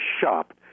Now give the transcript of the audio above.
shop